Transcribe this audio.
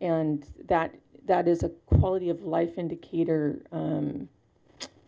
and that that is a quality of life indicator